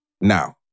Now